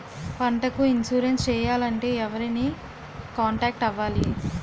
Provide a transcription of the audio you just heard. పంటకు ఇన్సురెన్స్ చేయాలంటే ఎవరిని కాంటాక్ట్ అవ్వాలి?